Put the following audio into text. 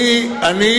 אם יש 61,